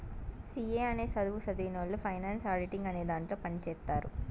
C A అనే సధువు సదివినవొళ్ళు ఫైనాన్స్ ఆడిటింగ్ అనే దాంట్లో పని చేత్తారు